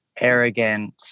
arrogant